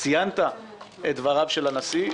ציינת את דבריו של הנשיא.